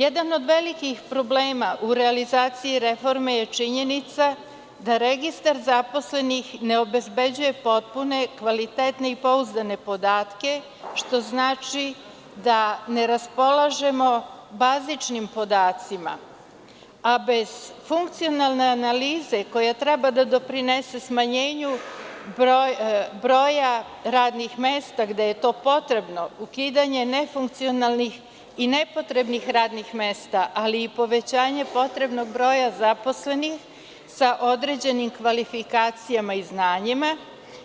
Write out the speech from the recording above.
Jedan od velikih problema u realizaciji reforme je činjenica da registar zaposlenih ne obezbeđuje potpune, kvalitetne i pouzdane podatke, što znači da ne raspolažemo bazičnim podacima, a bez funkcionalne analize koja treba da doprinese smanjenju broja radnih mesta, gde je to potrebno, ukidanje nefunkcionalnih i nepotrebnih radnih mesta, ali i povećanje potrebnog broja zaposlenih, sa određenim kvalifikacijama i znanjima,